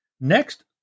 next